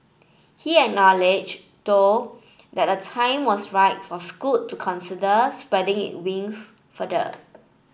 he acknowledge though that a time was right for Scoot to consider spreading it wings further